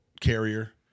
carrier